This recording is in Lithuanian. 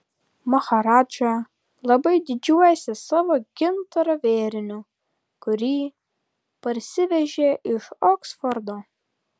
maharadža labai didžiuojasi savo gintaro vėriniu kurį parsivežė iš oksfordo